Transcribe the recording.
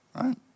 right